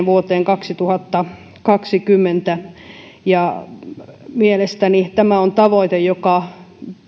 vuoteen kaksituhattakaksikymmentä ja mielestäni tämä on tavoite joka